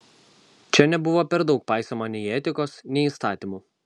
čia nebuvo per daug paisoma nei etikos nei įstatymų